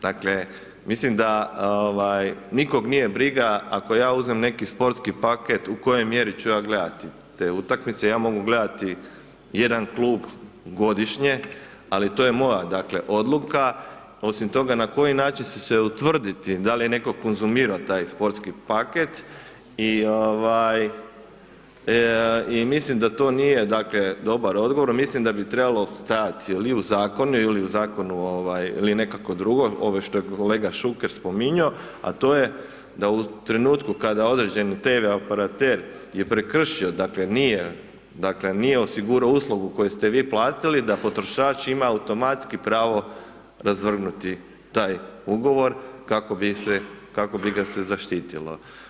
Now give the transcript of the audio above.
Dakle, mislim da ovaj nikog nije briga ako ja uzmem neki sportski paket u kojoj mjeri ću ja gledati te utakmice, ja mogu gledati jedan klub godišnje, ali to je moja dakle odluka, osim toga na koji način će se utvrditi da li je netko konzumirao taj sportski paket i ovaj i mislim da to nije dakle dobar odgovor, mislim da bi trebalo stajati ili u zakonu ili u zakonu ovaj ili nekako drugo ovo što je kolega Šuker spominjo, a to je da u trenutku kada određeni tv operater je prekršio dakle nije, dakle nije osigurao uslugu koju ste vi platili da potrošač ima automatski pravo razvrgnuti taj ugovor kako bi se, kako bi ga se zaštitilo.